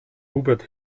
hubert